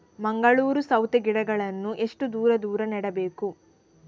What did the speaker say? ಮಂಗಳೂರು ಸೌತೆ ಗಿಡಗಳನ್ನು ಎಷ್ಟು ದೂರ ದೂರ ನೆಡಬೇಕು?